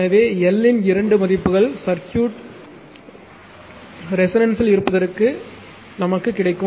எனவே L இன் இரண்டு மதிப்புகள் சர்க்யூட் ஒத்ததிர்வில் இருப்பதற்கு நமக்கு கிடைக்கும்